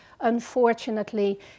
Unfortunately